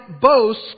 boast